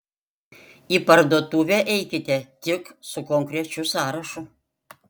į parduotuvę eikite tik su konkrečiu sąrašu